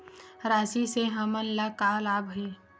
राशि से हमन ला का लाभ हे?